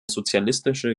sozialistische